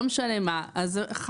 לא משנה איזו עסקה,